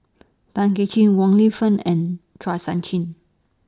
Tay Kay Chin Wong Lin Fen and Chua Sian Chin